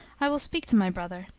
i will speak to my brother.